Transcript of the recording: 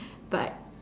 but